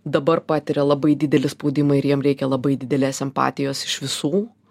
dabar patiria labai didelį spaudimą ir jiem reikia labai didelės empatijos iš visų